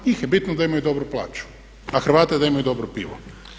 Njima je bitno da imaju dobru plaću, a Hrvati da imaju dobro pivo.